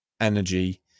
energy